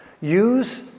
Use